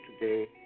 today